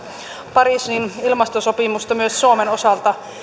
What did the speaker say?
pariisin ilmastosopimusta myös suomen osalta